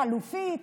חלופי,